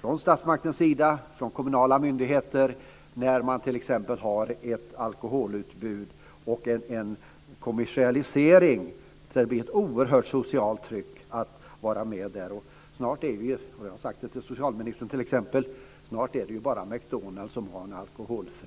från statsmaktens sida och från kommunala myndigheters sida när det finns ett alkoholutbud och en kommersialisering som gör att det blir ett oerhört socialt tryck på att man ska vara med på det här. Snart är det bara McDonald s som har en alkoholfri miljö; jag har sagt det till socialministern t.ex.